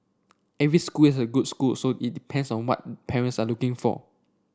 every school is a good school so it depends on what parents are looking for